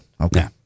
Okay